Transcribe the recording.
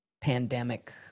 pandemic